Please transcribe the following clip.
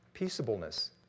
Peaceableness